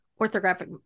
orthographic